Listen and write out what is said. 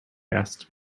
asked